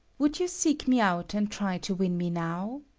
would you seek me out and try to win me now?